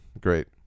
Great